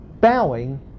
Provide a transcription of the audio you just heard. bowing